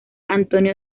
antonio